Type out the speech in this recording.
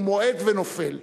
מועד ונופל.